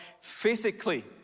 physically